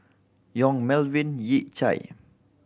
Yong Melvin Yik Chye